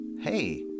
hey